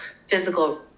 physical